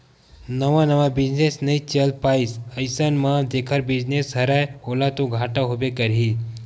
नवा नवा बिजनेस नइ चल पाइस अइसन म जेखर बिजनेस हरय ओला तो घाटा होबे करही